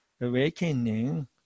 awakening